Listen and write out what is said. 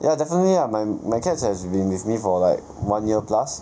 ya definitely lah my my cats have been with me for like one year plus